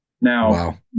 Now